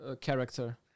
character